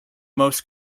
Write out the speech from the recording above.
most